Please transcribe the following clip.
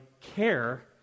care